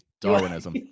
Darwinism